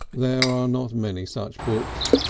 there are not many such books,